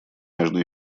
между